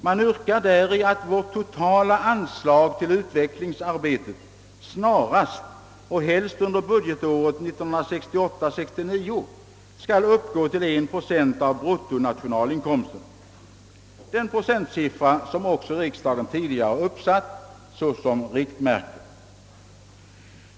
Man yrkar däri att vårt totala anslag till utvecklingsarbetet snarast och helst under budgetåret 1968/69 skall uppgå till 1 procent av bruttonationalprodukten, den procentsiffra som riksdagen tidigare har satt upp som riktmärke.